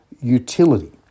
utility